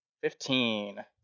Fifteen